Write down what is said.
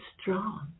strong